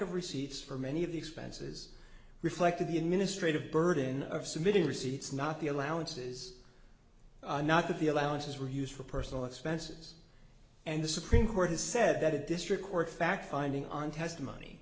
of receipts for many of the expenses reflected the administrative burden of submitting receipts not the allowances not that the allowances were used for personal expenses and the supreme court has said that a district court fact finding on testimony